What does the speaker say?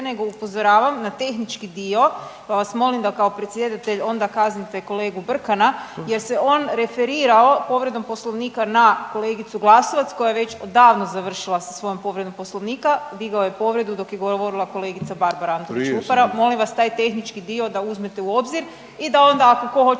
nego upozoravam na tehnički dio, pa vas molim da kao predsjedatelj onda kaznite i kolegu Brkana jer se on referirao povredom Poslovnika na kolegicu Glasovac koja je već odavno završila sa svojom povredom Poslovnika, digla je povredu dok je govorila kolegica Barbara Antolić Vupora …/Upadica se ne razumije./… molim vas taj tehnički dio da uzmete u obzir i da onda ako tko hoće